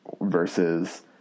Versus